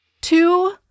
Two